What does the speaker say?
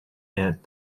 aunt